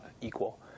equal